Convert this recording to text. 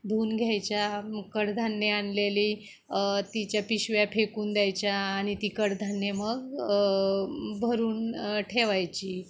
धुऊन घ्यायच्या मग कडधान्ये आणलेली तिच्या पिशव्या फेकून द्यायच्या आणि ती कडधान्ये मग भरून ठेवायची